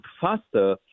faster